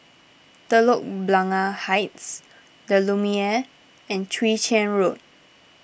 Telok Blangah Heights the Lumiere and Chwee Chian Road